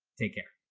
take care.